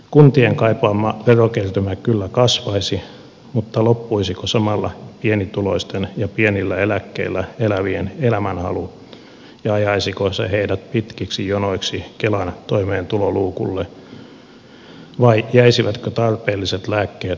kuntien kaipaama verokertymä kyllä kasvaisi mutta loppuisiko samalla pienituloisten ja pienillä eläkkeillä elävien elämänhalu ja ajaisiko se heidät pitkiksi jonoiksi kelan toimeentuloluukulle vai jäisivätkö tarpeelliset lääkkeet ostamatta